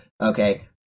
Okay